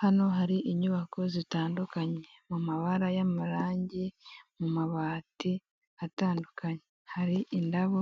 Hano hari inyubako zitandukanye mu mabara y'amarange, mu mabati atandukanye, hari indabo